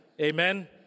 Amen